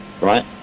Right